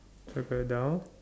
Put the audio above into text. circle down